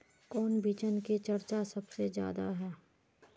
कौन बिचन के चर्चा सबसे ज्यादा है?